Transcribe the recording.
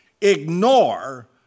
ignore